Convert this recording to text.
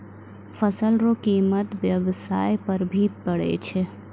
फसल रो कीमत व्याबसाय पर भी पड़ै छै